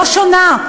לא שונה.